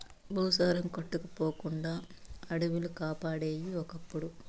భూసారం కొట్టుకుపోకుండా అడివిలు కాపాడేయి ఒకప్పుడు